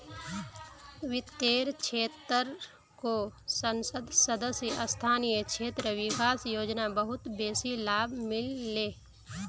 वित्तेर क्षेत्रको संसद सदस्य स्थानीय क्षेत्र विकास योजना बहुत बेसी लाभ मिल ले